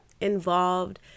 involved